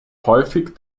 häufig